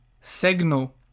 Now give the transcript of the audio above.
Signal